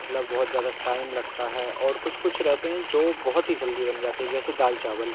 मतलब बहुत ज़्यादा टाइम लगता है और कुछ कुछ रहते हैं जो बहुत ही जल्दी बन जाते हैं जैसे दाल चावल